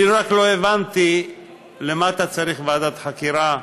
אני רק לא הבנתי למה אתה צריך ועדת חקירה.